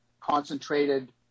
concentrated